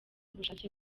ubushake